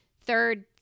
third